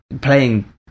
playing